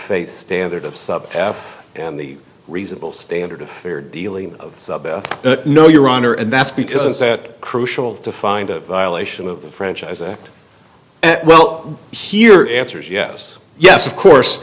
faith standard of sub and the reasonable standard of fair dealing no your honor and that's because it's crucial to find a violation of the franchise act well here answer's yes yes of course